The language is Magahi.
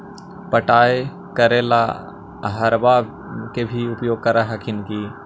पटाय करे ला अहर्बा के भी उपयोग कर हखिन की?